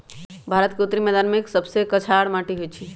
भारत के उत्तरी मैदान सभमें कछार माटि होइ छइ